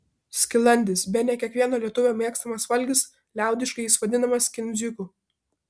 skilandis bene kiekvieno lietuvio mėgstamas valgis liaudiškai jis vadinamas kindziuku